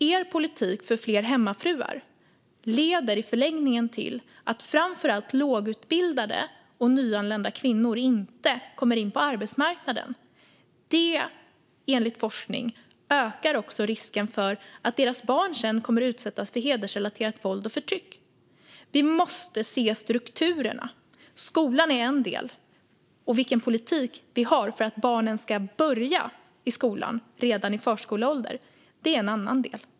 Er politik för fler hemmafruar leder i förlängningen till att framför allt lågutbildade och nyanlända kvinnor inte kommer in på arbetsmarknaden. Enligt forskning ökar det också risken för att deras barn kommer att utsättas för hedersrelaterat våld och förtryck. Vi måste se strukturerna. Skolan är en del, och vilken politik vi har för att barnen ska börja i skolan redan i förskoleåldern är en annan del.